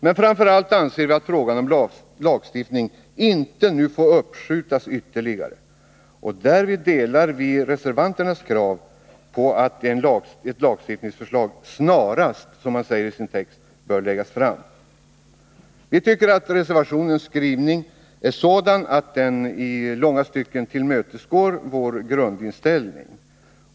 Men framför allt anser vi att frågan om lagstiftning inte får uppskjutas ytterligare. Därvid delar vi reservanternas krav på att ett lagstiftningsförslag, som de säger i sin text, snarast skall läggas fram. Herr talman! Vi tycker att reservationens skrivning är sådan att den i långa stycken tillmötesgår våra grundläggande krav.